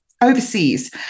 overseas